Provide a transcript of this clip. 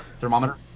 thermometer